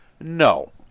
no